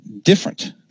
different